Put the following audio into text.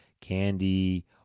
candy